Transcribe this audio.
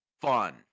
fun